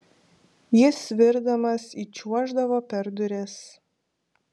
jis svirdamas įčiuoždavo per duris